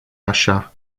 așa